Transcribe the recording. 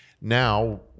Now